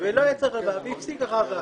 ולא היה צריך הלוואה והפסיק אחר כך,